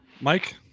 Mike